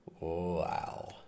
Wow